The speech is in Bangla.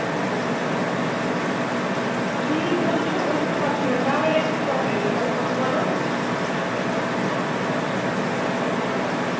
কী বলছো বুঝতে পারছি না টাওয়ারের একটু প্রবলেম ভালোভাবে বলো